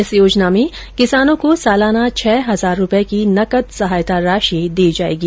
इस योजना में किसानों को सालाना छह हजार रूपए की नकद सहायता राशि दी जाएगी